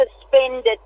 suspended